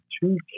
two